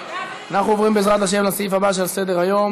אנחנו עוברים, בעזרת השם, לסעיף הבא שעל סדר-היום: